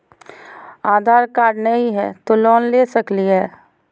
आधार card नही हय, तो लोन ले सकलिये है?